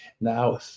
Now